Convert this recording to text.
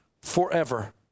forever